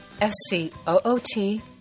S-C-O-O-T